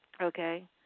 Okay